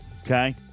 Okay